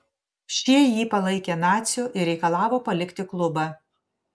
šie jį palaikė naciu ir reikalavo palikti klubą